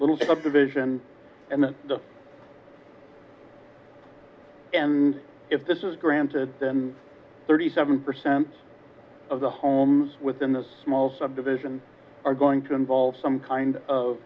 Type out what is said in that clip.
little subdivision and the and if this is granted then thirty seven percent of the homes within this small subdivision are going to involve some kind of